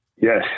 Yes